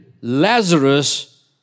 Lazarus